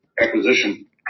acquisition